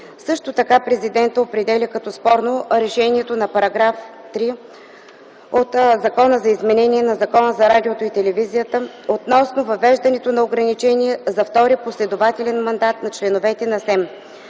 Също така президентът определя като спорно решението на § 3 от Закона за изменение на Закона за радиото и телевизията относно въвеждането на ограничение за втори последователен мандат на членовете на